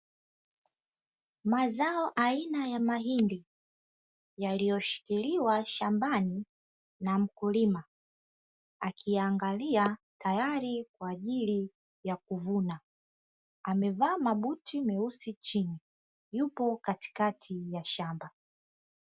Mazao aina ya mahindi, yaliyoshikiliwa shambani na mkulima akiyangalia tayari kwa ajili ya kuvuna, amevaa mabuti meusi chini yupo katikati ya shamba.